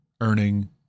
earning